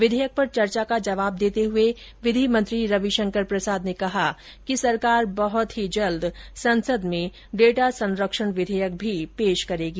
विधेयक पर चर्चा का जवाब देते हुए विधि मंत्री रविशंकर प्रसाद ने कहा कि सरकार बहुत जल्द संसद में डेटा संरक्षण विधेयक भी पेश करेगी